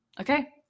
Okay